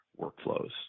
workflows